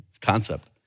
Concept